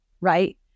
right